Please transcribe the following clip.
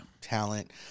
talent